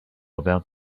about